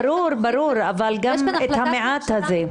ברור, אבל גם את המעט הזה.